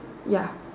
ya